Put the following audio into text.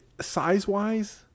Size-wise